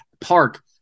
Park